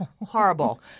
Horrible